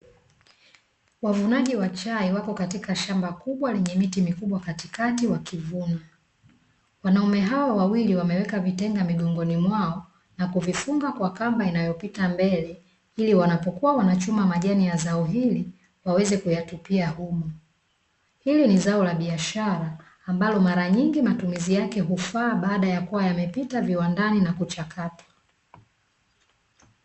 Wavunaji wa chai wako katika shamba kubwa lenye miti mikubwa katikati, wakivuna. Wanaume hawa wawili wameweka vitenga migongoni mwao na kuvifunga kwa kamba inayopita mbele ili wanapokuwa wanachuma majani ya zao hili waweze kuyatupia humo. Hili ni zao la biashara ambalo mara nyingi matumizi yake hufaa baada ya kuwa yamepita viwandani na kuchakatwa.